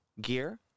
gear